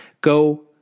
go